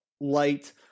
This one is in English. light